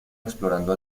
explorando